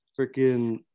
Freaking